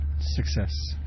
Success